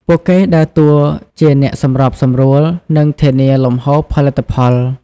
ពួកគេដើរតួជាអ្នកសម្របសម្រួល និងធានាលំហូរផលិតផល។